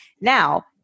Now